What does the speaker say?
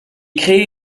créé